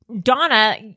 donna